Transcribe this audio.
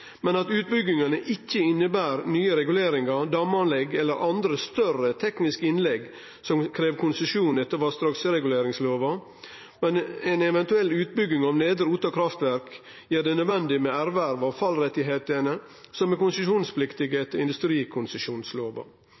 men at utbygginga ikkje inneber nye reguleringar, damanlegg eller andre større tekniske inngrep som krev konsesjon etter vassdragsreguleringslova. Ei eventuell utbygging av Nedre Otta kraftverk gjer det nødvendig med erverv av fallrettar som er konsesjonspliktige etter industrikonsesjonslova.